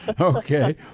Okay